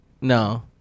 No